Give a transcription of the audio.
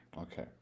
Okay